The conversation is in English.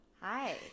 Hi